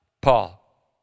Paul